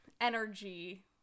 energy